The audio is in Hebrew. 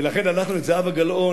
ולכן אנחנו את זהבה גלאון,